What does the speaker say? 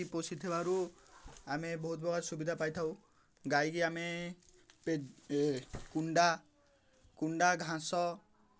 ଗାଈକି ପୋଷିଥିବାରୁ ଆମେ ବହୁତ ପ୍ରକାର ସୁବିଧା ପାଇଥାଉ ଗାଈକି ଆମେ କୁଣ୍ଡା କୁଣ୍ଡା ଘାସ